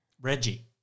Reggie